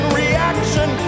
reaction